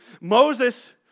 Moses